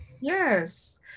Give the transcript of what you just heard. Yes